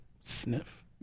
sniff